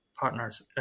partners